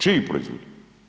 Čiji proizvod?